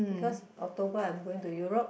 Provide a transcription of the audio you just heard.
because October I'm going to Europe